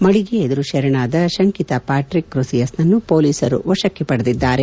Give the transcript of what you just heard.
ಮಳಿಗೆ ಎದುರು ಶರಣಾದ ಶಂಕಿತ ಪ್ವಾಟ್ರಿಕ್ ಕುಸಿಯಸ್ನನ್ನು ಮೊಲೀಸರು ವಶಕ್ಕೆ ಪಡೆದಿದ್ದಾರೆ